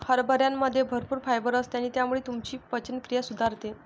हरभऱ्यामध्ये भरपूर फायबर असते आणि त्यामुळे तुमची पचनक्रिया सुधारते